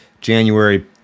January